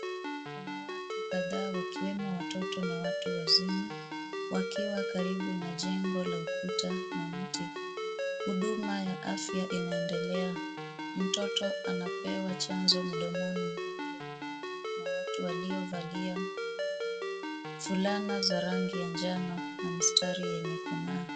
Kuna watu kadhaa wakiwemo watoto na watu wazima wakiwa karibu na jengo la ukuta na mti. Huduma ya afya inaendelea. Mtoto anapewa chanjo mdomoni mwake na watu waliovalia fulana za rangi ya njano na mistari yenye kung'aa.